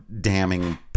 damning